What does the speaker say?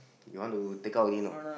you want to take out already no